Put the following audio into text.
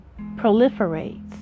proliferates